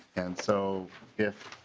and so if